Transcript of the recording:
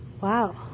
Wow